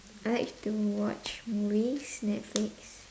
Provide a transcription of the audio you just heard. I like to watch movies Netflix